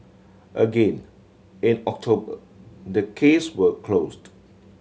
again in October the case were closed